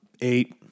eight